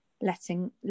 letting